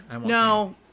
No